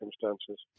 circumstances